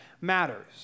matters